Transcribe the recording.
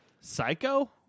Psycho